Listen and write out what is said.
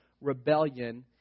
rebellion